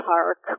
Park